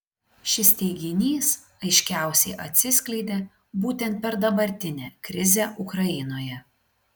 šis teiginys aiškiausiai atsiskleidė būtent per dabartinę krizę ukrainoje